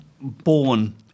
born